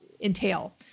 entail